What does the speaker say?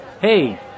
hey